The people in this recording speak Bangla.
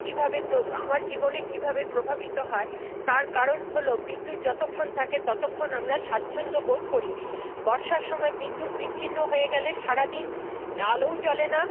কীভাবে আমার জীবনে কীভাবে প্রভাবিত হয় তার কারণ হলো বিদ্যুৎ যতক্ষণ থাকে ততক্ষণ আমরা স্বাচ্ছন্দ্য বোধ করি বর্ষার সময়ে বিদ্যুৎ বিচ্ছিন্ন হয়ে গেলে সারাদিন আলোও জ্বলে না